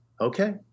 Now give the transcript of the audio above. okay